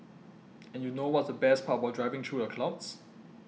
and you know what's the best part about driving through the clouds